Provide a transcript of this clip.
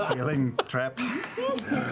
feeling trapped.